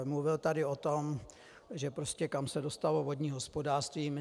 Mluvil tady o tom, že prostě kam se dostalo vodní hospodářství.